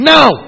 Now